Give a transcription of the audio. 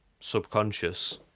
subconscious